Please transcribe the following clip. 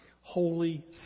Holy